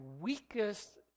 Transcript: weakest